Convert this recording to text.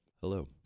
Hello